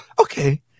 okay